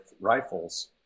rifles